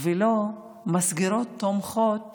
ולא מסגרות תומכות